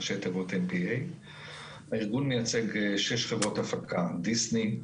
ראשי תיבות MPA. הארגון מייצג שש חברות הפקה: דיסני,